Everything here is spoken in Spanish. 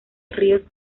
ríos